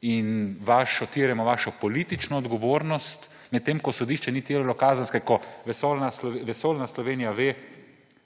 in terjamo vašo politično odgovornost, medtem ko sodišče ni terjalo kazenske, ko vesoljna Slovenija ve,